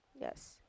Yes